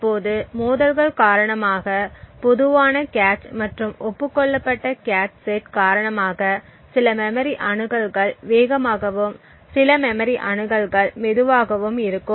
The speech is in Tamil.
இப்போது மோதல்கள் காரணமாக பொதுவான கேச் மற்றும் ஒப்புக் கொள்ளப்பட்ட கேச் செட் காரணமாக சில மெமரி அணுகல்கள் வேகமாகவும் சில மெமரி அணுகல் மெதுவாகவும் இருக்கும்